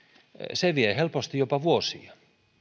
se vie helposti jopa vuosia